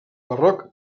barroc